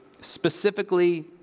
specifically